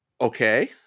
Okay